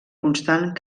constant